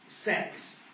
Sex